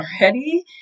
already